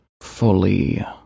fully